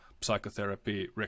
psychotherapy